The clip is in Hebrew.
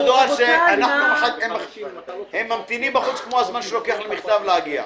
הם ממתינים בחוץ כמו הזמן שלוקח למכתב להגיע.